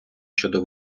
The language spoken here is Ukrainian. щодо